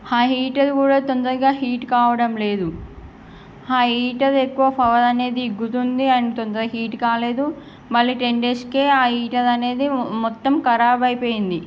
ఆ హీటర్ కూడా తొందరగా హీట్ కావడం లేదు ఆ హీటర్ ఎక్కువ పవర్ అనేది ఇగ్గుతుంది అండ్ తొందరగా హీట్ కాలేదు మళ్ళీ టెన్ డేస్కే ఆ హీటర్ అనేది మొత్తం ఖరాబు అయిపోయింది